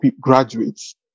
graduates